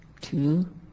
two